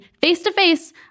face-to-face